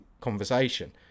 conversation